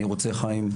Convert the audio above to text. אני רוצה חיים,